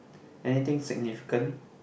anything significant